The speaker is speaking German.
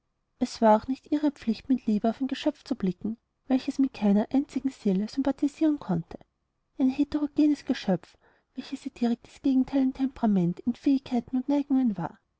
es war auch nicht ihre pflicht mit liebe auf ein geschöpf zu blicken welches mit keiner einzigen seele sympathisieren konnte ein heterogenes geschöpf welches ihr direktes gegenteil in temperament in fähigkeiten und neigungen war